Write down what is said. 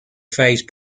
phase